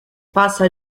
passa